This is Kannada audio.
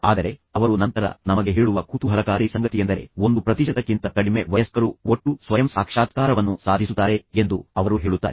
ಆದರೆ ಅವರು ನಂತರ ನಮಗೆ ಹೇಳುವ ಕುತೂಹಲಕಾರಿ ಸಂಗತಿಯೆಂದರೆ 1 ಪ್ರತಿಶತಕ್ಕಿಂತ ಕಡಿಮೆ ವಯಸ್ಕರು ಒಟ್ಟು ಸ್ವಯಂ ಸಾಕ್ಷಾತ್ಕಾರವನ್ನು ಸಾಧಿಸುತ್ತಾರೆ ಎಂದು ಅವರು ಹೇಳುತ್ತಾರೆ